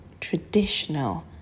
traditional